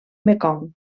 mekong